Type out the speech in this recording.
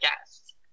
guests